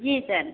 जी sir